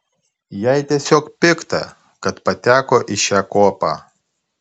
jai tiesiog pikta kad pateko į šią kuopą